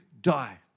die